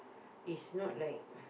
is not like